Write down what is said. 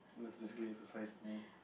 that's basically exercise to me